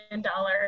dollar